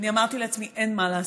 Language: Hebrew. אני אמרתי לעצמי: אין מה לעשות.